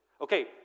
okay